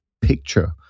picture